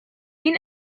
این